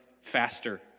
faster